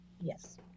yes